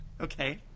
Okay